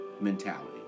mentality